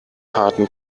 harten